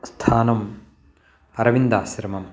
स्थानम् अरविन्दाश्रमः